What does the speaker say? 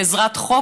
בעזרת חוק,